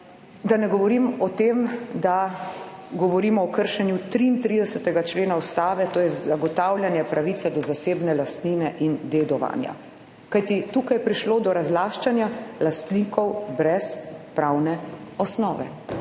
Da ne govorim o tem, da govorimo o kršenju 33. člena Ustave, to je zagotavljanje pravice do zasebne lastnine in dedovanja, kajti tukaj je prišlo do razlaščanja lastnikov brez pravne osnove